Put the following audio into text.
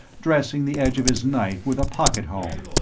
dressing the edge of his knife with a pocket-hone,